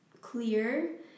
clear